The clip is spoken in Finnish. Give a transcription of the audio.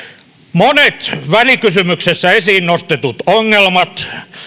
monet välikysymyksessä esiin nostetut ongelmat